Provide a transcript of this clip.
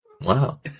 wow